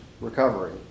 recovery